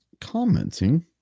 commenting